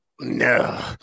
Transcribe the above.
No